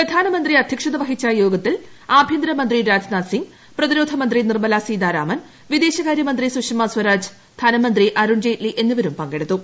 പ്രധാനമന്ത്രി അധ്യ്ക്ഷത വഹിച്ച യോഗത്തിൽ ആഭ്യന്തരമന്ത്രി രാജ്നാഥ്സിംഗ് പ്രതിരോധ മന്ത്രി നിർമ്മല സീതാരാമൻ വിദേശക്ട്ര്യ്മന്ത്രി സുഷമസ്വരാജ് ധനമന്ത്രി അരുൺജെയ്ലിറ്റി എന്നിവരും പങ്കെടുത്തു